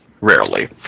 Rarely